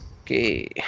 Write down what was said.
Okay